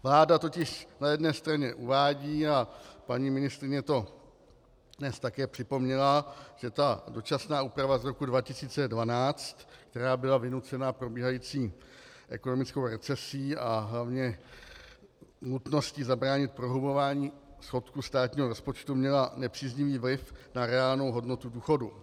Vláda totiž na jedné straně uvádí a paní ministryně to dnes také připomněla, že ta dočasná úprava z roku 2012, která byla vynucena probíhající ekonomickou recesí a hlavně nutností zabránit prohlubování schodku státního rozpočtu, měla nepříznivý vliv na reálnou hodnotu důchodu.